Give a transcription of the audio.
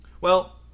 Well